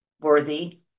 worthy